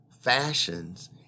fashions